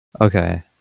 Okay